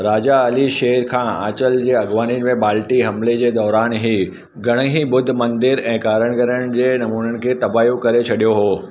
राजा अली शेर ख़ान अंचल जी अॻवानीअ में बाल्टी हमिले जे दौरान ई घणई बुध मंदिर ऐं कारीगिरीअ जे नमूननि खे तबाहु इहो करे छॾियो हुओ